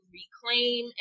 reclaim